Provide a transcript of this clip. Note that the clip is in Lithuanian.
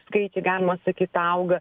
skaičiai galima sakyt auga